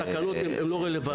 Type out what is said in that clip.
התקנות הן לא רלוונטיות.